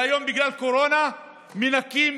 והיום בגלל הקורונה מנקים